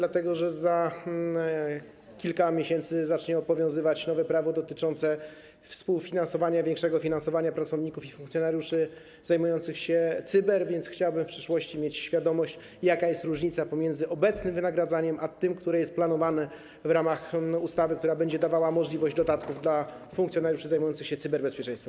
Za kilka miesięcy zacznie obowiązywać nowe prawo dotyczące współfinansowania, większego finansowania pracowników i funkcjonariuszy zajmujących się cyber-, więc chciałbym w przyszłości mieć świadomość, jaka jest różnica pomiędzy obecnym wynagrodzeniem, a tym, które jest planowane w ramach ustawy, która będzie dawała możliwość przyznawania dodatków dla funkcjonariuszy zajmujących się cyberbezpieczeństwem.